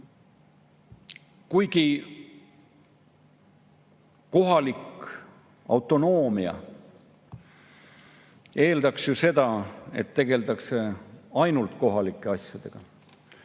Kuigi kohalik autonoomia eeldaks ju seda, et tegeldakse ainult kohalike asjadega,